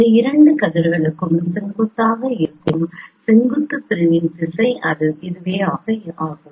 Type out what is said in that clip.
இந்த இரண்டு கதிர்களுக்கும் செங்குத்தாக இருக்கும் செங்குத்து பிரிவின் திசை இதுவே ஆகும்